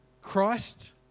Christ